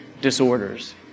disorders